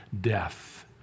death